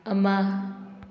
ꯑꯃ